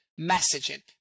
messaging